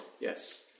Yes